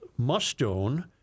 mustone